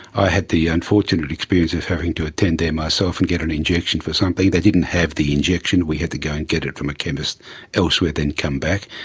i had the unfortunate experience of having to attend there myself and get an injection for something. they didn't have the injection, we had to go and get it from a chemist elsewhere, then come back.